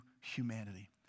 humanity